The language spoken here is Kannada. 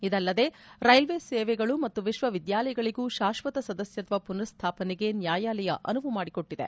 ಇದಲ್ಲದೆ ರೈಲ್ವೆ ಸೇವೆಗಳು ಮತ್ತು ವಿಶ್ವವಿದ್ಯಾಲಯಗಳಿಗೂ ಶಾಶ್ವತ ಸದಸ್ಯತ್ವ ಪುನರ್ ಸ್ಥಾಪನೆಗೆ ನ್ನಾಯಾಲಯ ಅನುವು ಮಾಡಿಕೊಟ್ಟಿದೆ